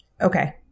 okay